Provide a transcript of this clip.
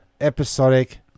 episodic